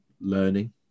learning